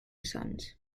sons